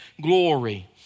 glory